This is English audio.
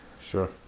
sure